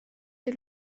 est